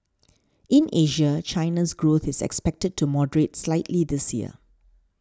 in Asia China's growth is expected to moderate slightly this year